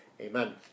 Amen